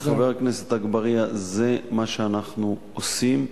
חבר הכנסת אגבאריה, זה מה שאנחנו עושים.